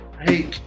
Hey